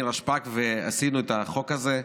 נירה שפק, ועשינו את החוק הזה,